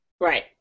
Right